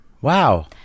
Wow